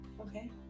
Okay